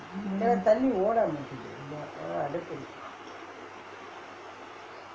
mm